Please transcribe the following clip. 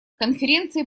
конференции